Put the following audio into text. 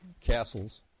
castles